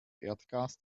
erdgas